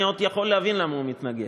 אני עוד יכול להבין למה הוא מתנגד,